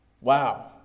Wow